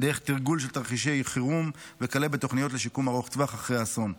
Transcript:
דרך תרגול של תרחישי חירום וכלה בתוכניות לשיקום ארוך טווח אחרי אסון.